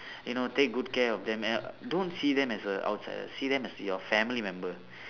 you know take good care of them and don't see them as a outsider see them as your family member